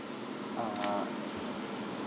ah